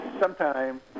sometime